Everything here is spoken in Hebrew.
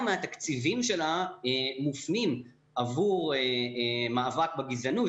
מהתקציבים שלה מופנים עבור מאבק בגזענות.